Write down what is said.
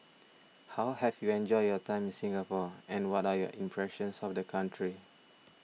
how have you enjoyed your time in Singapore and what are your impressions of the country